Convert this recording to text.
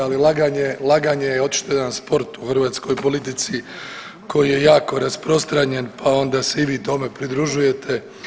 Ali laganje je očito jedan sport u hrvatskoj politici koji je jako rasprostranjen, pa onda se i vi tome pridružujete.